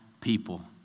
people